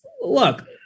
Look